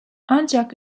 ancak